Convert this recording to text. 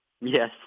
Yes